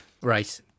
Right